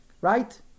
Right